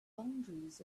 boundaries